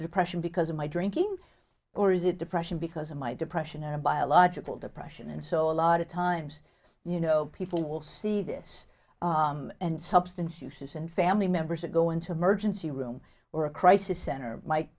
depression because of my drinking or is it depression because of my depression and a biological depression and so a lot of times you know people will see this and substance uses and family members or go into emergency room or a crisis center might